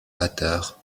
attard